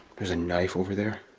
there's a knife over there.